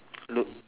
look